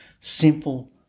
Simple